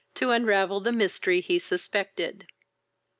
to unravel the mystery he suspected.